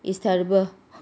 is terrible